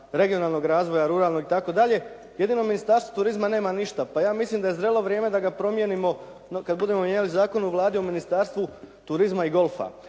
regionalnog razvoja, ruralnog itd. Jedino Ministarstvo turizma nema ništa. Pa ja mislim da je zrelo vrijeme da ga promijenimo, kada budemo mijenjali zakon u Vladi u Ministarstvu turizma i golfa.